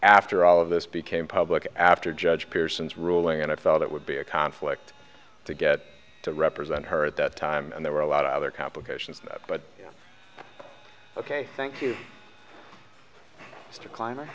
after all of this became public after judge pearson's ruling and i thought it would be a conflict to get to represent her at that time and there were a lot of other complications but ok thank you to clim